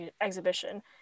exhibition